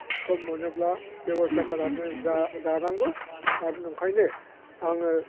सम मोनोब्ला बेब'स्था खालामनानै जानांगौ आरो नंखायनो आङो